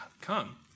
come